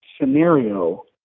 scenario